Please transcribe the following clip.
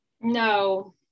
No